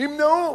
נמנעו.